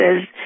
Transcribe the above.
says